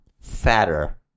fatter